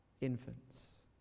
infants